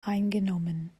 eingenommen